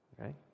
okay